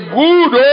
good